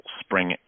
spring